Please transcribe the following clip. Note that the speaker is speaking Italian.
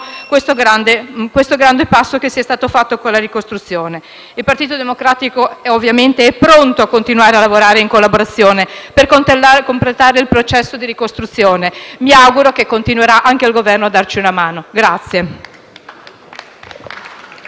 questo grande passo che è stato fatto con la ricostruzione. Il Partito Democratico, ovviamente, è pronto a continuare a lavorare in collaborazione per completare il processo di ricostruzione. Mi auguro che anche il Governo continuerà a darci una mano.